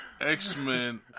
X-Men